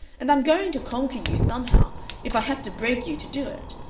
and i'm going to conquer you somehow if i have to break you to do it.